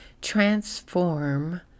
transform